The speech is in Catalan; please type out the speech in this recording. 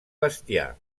bestiar